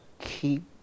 keep